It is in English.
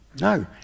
No